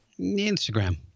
Instagram